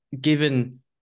given